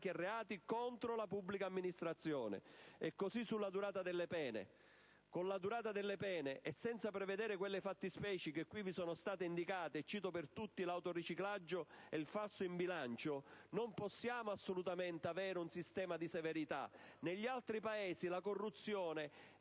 i reati contro la pubblica amministrazione. Lo stesso si può dire sulla durata delle pene; con quella durata delle pene e senza prevedere quelle fattispecie che qui sono state indicate - cito per tutti l'autoriciclaggio ed il falso in bilancio - non possiamo assolutamente avere un sistema improntato a severità. Negli altri Paesi la corruzione